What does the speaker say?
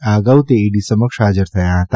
આ અગાઉ તે ઇડી સમક્ષ હાજર થયા હતા